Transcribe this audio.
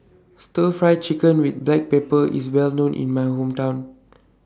Stir Fry Chicken with Black Pepper IS Well known in My Hometown